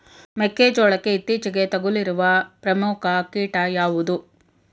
ಮೆಕ್ಕೆ ಜೋಳಕ್ಕೆ ಇತ್ತೀಚೆಗೆ ತಗುಲಿರುವ ಪ್ರಮುಖ ಕೀಟ ಯಾವುದು?